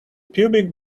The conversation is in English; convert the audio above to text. pubic